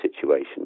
situation